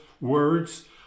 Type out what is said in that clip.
words